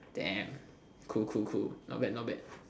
damn cool cool cool not bad not bad